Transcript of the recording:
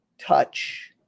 touch